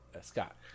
Scott